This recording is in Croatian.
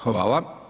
Hvala.